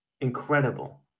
incredible